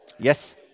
Yes